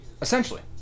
Essentially